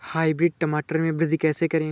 Hybrid टमाटर में वृद्धि कैसे करें?